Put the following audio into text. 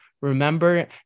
Remember